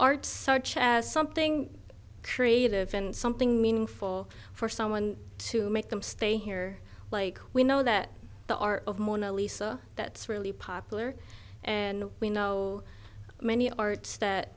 arts such as something creative and something meaningful for someone to make them stay here like we know that the art of monalisa that's really popular and we know many arts that